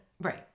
Right